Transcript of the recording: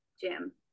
Jim